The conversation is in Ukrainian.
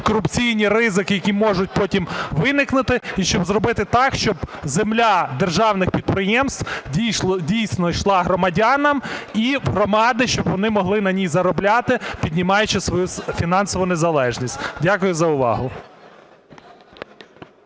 корупційні ризики, які можуть потім виникнути, і щоб зробити так, щоб земля державних підприємств, дійсно, ішла громадянам і в громади, щоб вони могли на ній заробляти піднімаючи свою фінансову незалежність. Дякую за увагу.